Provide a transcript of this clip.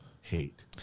hate